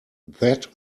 that